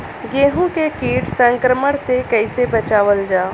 गेहूँ के कीट संक्रमण से कइसे बचावल जा?